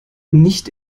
nicht